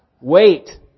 Wait